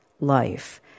life